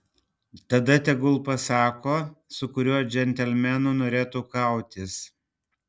tada tegul pasako su kuriuo džentelmenu norėtų kautis